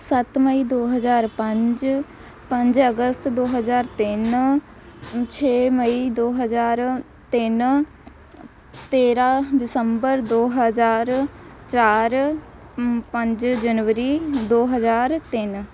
ਸੱਤ ਮਈ ਦੋ ਹਜ਼ਾਰ ਪੰਜ ਪੰਜ ਅਗਸਤ ਦੋ ਹਜ਼ਾਰ ਤਿੰਨ ਛੇ ਮਈ ਦੋ ਹਜ਼ਾਰ ਤਿੰਨ ਤੇਰ੍ਹਾਂ ਦਸੰਬਰ ਦੋ ਹਜ਼ਾਰ ਚਾਰ ਪੰਜ ਜਨਵਰੀ ਦੋ ਹਜ਼ਾਰ ਤਿੰਨ